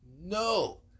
No